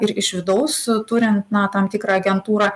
ir iš vidaus turint na tam tikrą agentūrą